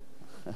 בבקשה.